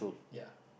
ya